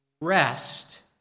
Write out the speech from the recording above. rest